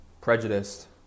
prejudiced